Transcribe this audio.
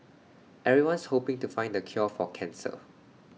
everyone's hoping to find the cure for cancer